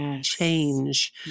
change